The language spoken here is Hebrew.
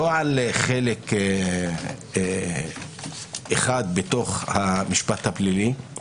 לא על חלק אחד בתוך המשפט הפלילי,